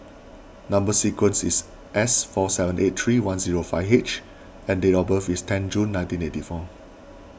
Number Sequence is S four seven eight three one zero five H and date of birth is ten June nineteen eighty four